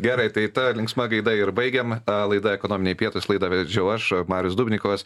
gerai tai ta linksma gaida ir baigiam a laida ekonominiai pietūs laidą vedžiau aš marius dubnikovas